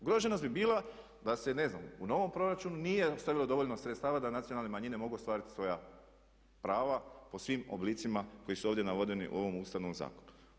Ugroženost bi bila da se ne znam u novom proračunu nije ostavilo dovoljno sredstava da nacionalne manjine mogu ostvariti svoja prava po svim oblicima koji su ovdje navedeni u ovom Ustavnom zakonu.